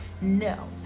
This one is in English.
No